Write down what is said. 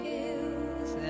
Hills